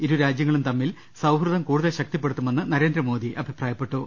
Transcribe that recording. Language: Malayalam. ഇരുരാജ്യങ്ങളും തമ്മിൽ സൌഹൃദം കൂടുതൽ ശക്തിപ്പെടുത്തുമെന്ന് നരേന്ദ്രമോദി പറഞ്ഞു